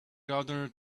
gardener